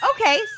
Okay